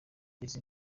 izi